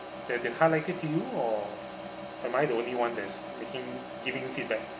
that they highlighted to you or am I the only one that's making giving feedback